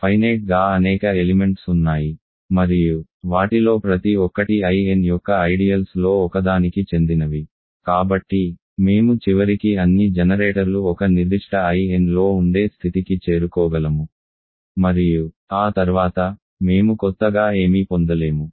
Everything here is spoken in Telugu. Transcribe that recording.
ఫైనేట్ గా అనేక ఎలిమెంట్స్ ఉన్నాయి మరియు వాటిలో ప్రతి ఒక్కటి In యొక్క ఐడియల్స్ లో ఒకదానికి చెందినవి కాబట్టి మేము చివరికి అన్ని జనరేటర్లు ఒక నిర్దిష్ట Inలో ఉండే స్థితికి చేరుకోగలము మరియు ఆ తర్వాత మేము కొత్తగా ఏమీ పొందలేము